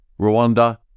Rwanda